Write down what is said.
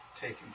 taken